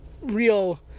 real